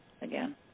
Again